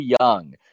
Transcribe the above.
young